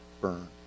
burn